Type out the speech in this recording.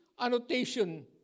annotation